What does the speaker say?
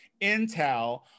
intel